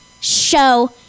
show